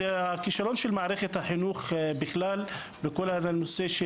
זה הכישלון של מערכת החינוך בכלל וכל הנושא של